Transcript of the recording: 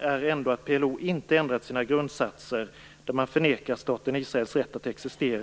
är ändå att PLO inte ändrat sina grundsatser, där man förnekar staten Israels rätt att existera.